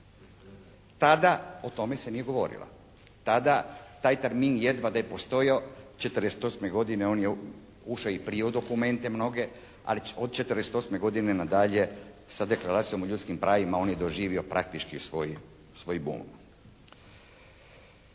Tada o tome se nije govorilo. Tada taj termin jedva da je postojao, 48. godine, on je ušao i prije u dokumente mnoge, ali od 48. godine nadalje sa Deklaracijom o ljudskim pravima on je doživio praktički svoj bon.